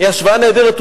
היא השוואה נהדרת.